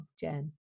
Jen